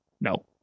No